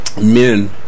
Men